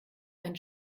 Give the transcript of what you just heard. ein